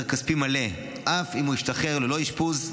כספי מלא אף אם הוא השתחרר ללא אשפוז.